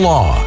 Law